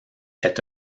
est